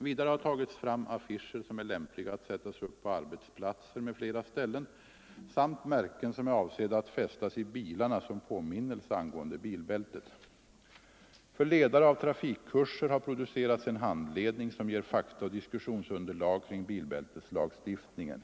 Vidare har tagits fram affischer som är lämpliga att sättas upp på arbetsplatser m.fl. ställen samt märken som är avsedda att fästas i bilarna som påminnelse angående bilbältet. För ledare av trafikkurser har producerats en handledning som ger fakta och diskussionsunderlag kring bilbälteslagstiftningen.